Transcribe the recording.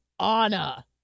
Anna